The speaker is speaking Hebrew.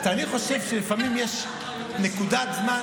אני חושב שלפעמים יש נקודת זמן,